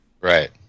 Right